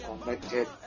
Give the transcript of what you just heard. connected